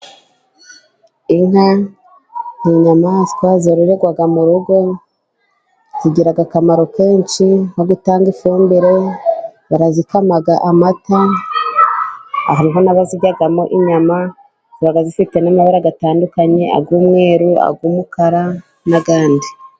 Inka ni inyamaswa yororerwa mu rugo, igira akamaro kenshi nko gutanga ifumbire barazikama amata hariho nabaziryamo inyama, ziba zifite n'amabara atandukanye ay'umweru, ay'umukara n'ayandi.